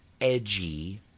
edgy